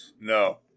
no